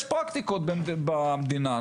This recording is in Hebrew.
יש פרקטיקות במדינה,